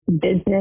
Business